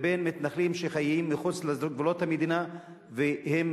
לבין מתנחלים שחיים מחוץ לגבולות המדינה ומהווים